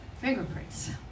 fingerprints